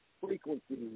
frequencies